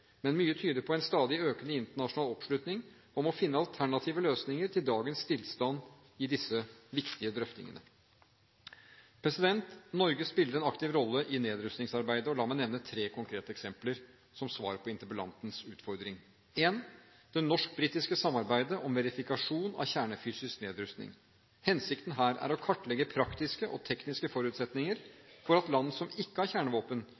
men mye tyder på en stadig økende internasjonal oppslutning om å finne alternative løsninger til dagens stillstand i disse viktige drøftingene. Norge spiller en aktiv rolle i nedrustningsarbeidet. La meg nevnte tre konkrete eksempler som svar på interpellantens utfordring: Det norsk-britiske samarbeidet om verifikasjon av kjernefysisk nedrusting: Hensikten her er å kartlegge praktiske og tekniske forutsetninger for at land som ikke har kjernevåpen,